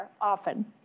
often